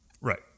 Right